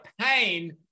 pain